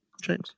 James